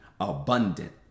abundant